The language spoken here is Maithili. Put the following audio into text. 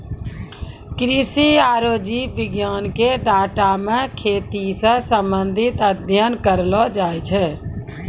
कृषि आरु जीव विज्ञान के डाटा मे खेती से संबंधित अध्ययन करलो जाय छै